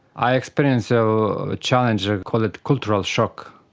i experienced so challenge, i'll call it cultural shock,